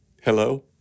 hello